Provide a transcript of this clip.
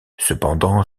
cependant